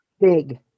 big